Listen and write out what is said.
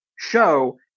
show